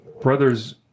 brothers